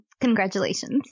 congratulations